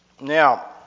Now